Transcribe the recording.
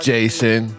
Jason